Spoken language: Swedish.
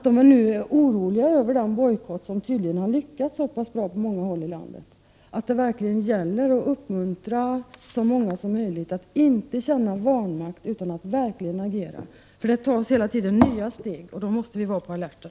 De är oroliga över den bojkott som tydligen har lyckats bra på många håll i landet. Det gäller därför att uppmuntra så många som möjligt att inte känna vanmakt utan att agera. Det tas hela tiden nya steg, och då måste vi vara på alerten.